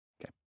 Okay